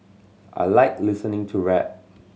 I like listening to rap